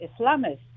Islamists